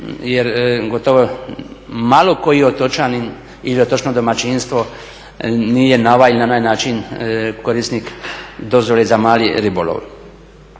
jer gotovo malo koji otočanin ili otočno domaćinstvo nije na ovaj ili onaj način korisnik dozvole za mali ribolov.